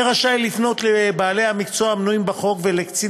יהיה רשאי לפנות לבעלי המקצוע המנויים בחוק ולקצין